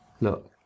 Look